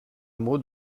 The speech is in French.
mot